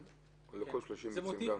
גם ל-30 ביצים.